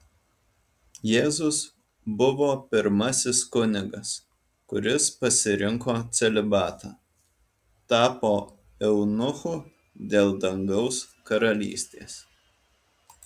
jėzus buvo pirmasis kunigas kuris pasirinko celibatą tapo eunuchu dėl dangaus karalystės